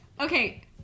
Okay